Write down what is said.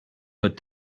but